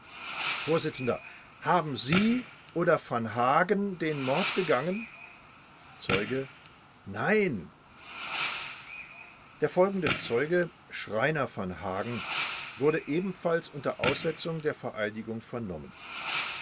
vors haben sie oder van hagen den mord begangen zeuge nein der folgende zeuge schreiner van hagen wurde ebenfalls unter aussetzung der vereidigung vernommen